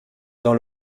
dans